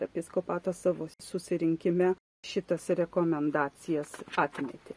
episkopatas savo susirinkime šitas rekomendacijas atmetė